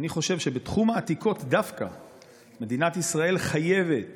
אני חושב שדווקא בתחום העתיקות מדינת ישראל חייבת